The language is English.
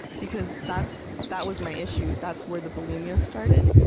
because that's that was my issue. that's where the bulimia started.